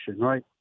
right